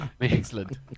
Excellent